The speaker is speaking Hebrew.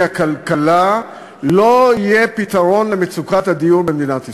הכלכלה לא יהיה פתרון למצוקת הדיור במדינת ישראל.